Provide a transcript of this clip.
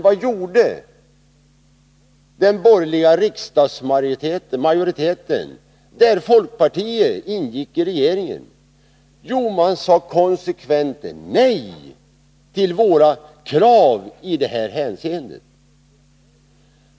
Vad gjorde den borgerliga riksdagsmajoriteten, där folkpartiet ingick i regeringsunderlaget? Man sade konsekvent nej till våra krav.